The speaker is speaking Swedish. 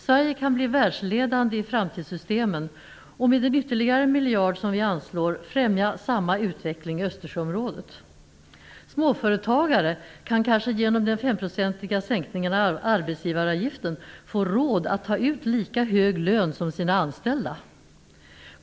Sverige kan bli världsledande i framtidssystemen om vi, med den ytterligare miljard som vi anslår, främjar samma utveckling i Östersjöområdet. Småföretagare kan kanske genom den femprocentiga sänkningen av arbetsgivaravgiften få råd att ta ut lika hög lön som sina anställda.